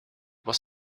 was